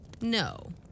no